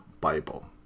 Bible